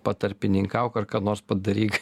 patarpininkauk ar ką nors padaryk